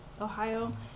Ohio